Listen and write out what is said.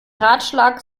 ratschlag